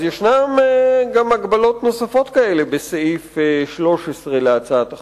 אז ישנן גם הגבלות נוספות כאלה בסעיף 13 להצעת החוק.